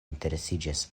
interesiĝas